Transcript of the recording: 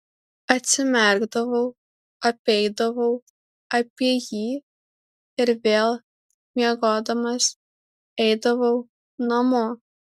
atsimerkdavau apeidavau apie jį ir vėl miegodamas eidavau namo